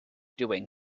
doing